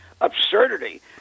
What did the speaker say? absurdity